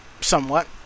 somewhat